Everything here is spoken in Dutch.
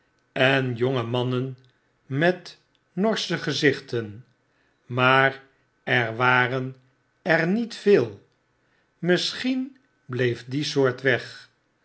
en jonge mannen met norsche gezicnten maar er waren er niet veel misschien bleef die soort weg